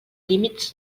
límits